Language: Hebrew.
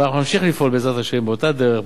אבל אנחנו נמשיך לפעול בעזרת השם באותה דרך,